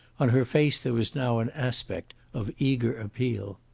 on her face there was now an aspect of eager appeal.